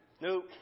Nope